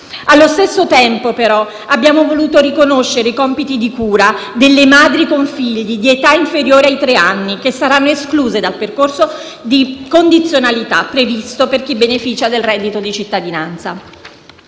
Allo stesso tempo, però, abbiamo voluto riconoscere i compiti di cura delle madri con figli di età inferiore ai tre anni, che saranno escluse dal percorso di condizionalità previsto per chi beneficia del reddito di cittadinanza.